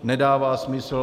Nedává smysl.